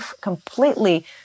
completely